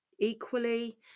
Equally